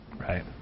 Right